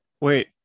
Wait